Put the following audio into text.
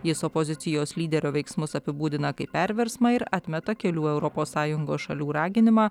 jis opozicijos lyderio veiksmus apibūdina kaip perversmą ir atmeta kelių europos sąjungos šalių raginimą